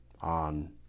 on